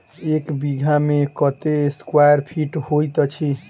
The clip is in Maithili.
एक बीघा मे कत्ते स्क्वायर फीट होइत अछि?